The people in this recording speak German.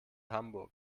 hamburg